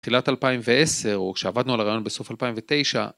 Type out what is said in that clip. תחילת 2010, או כשעבדנו על הרעיון בסוף 2009